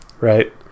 right